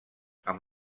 amb